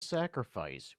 sacrifice